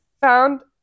found